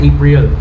April